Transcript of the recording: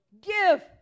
Give